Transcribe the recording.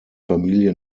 familie